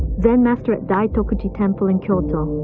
zen master at daikaku-ji temple in kyoto,